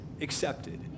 accepted